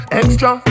extra